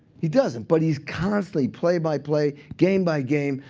he doesn't. but he's constantly, play by play, game by game,